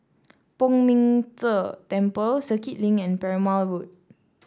Poh Ming Tse Temple Circuit Link and Perumal Road